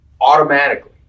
automatically